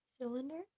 cylinder